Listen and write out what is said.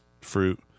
fruit